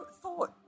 thought